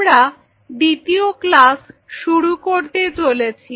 আমরা দ্বিতীয় ক্লাস শুরু করতে চলেছি